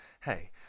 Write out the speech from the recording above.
Hey